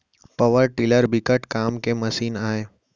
power tiller बिकट काम के मसीन आय